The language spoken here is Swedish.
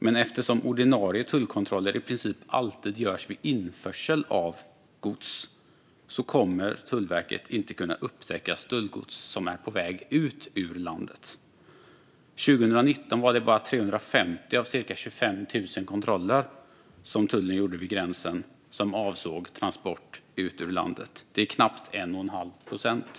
Men eftersom ordinarie tullkontroller i princip alltid görs vid införsel av gods kommer Tullverket inte att kunna upptäcka stöldgods som är på väg ut ur landet. År 2019 var det bara 350 av tullens cirka 25 000 kontroller vid gränsen som avsåg transporter ut ur landet. Det är knappt 1 1⁄2 procent.